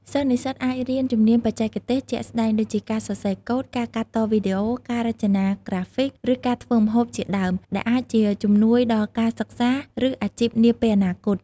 សិស្សនិស្សិតអាចរៀន ជំនាញបច្ចេកទេស ជាក់ស្តែង ដូចជាការសរសេរកូដ ការកាត់តវីដេអូ ការរចនាក្រាហ្វិក ឬការធ្វើម្ហូបជាដើម ដែលអាចជាជំនួយដល់ការសិក្សា ឬអាជីពនាពេលអនាគត។